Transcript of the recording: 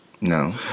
No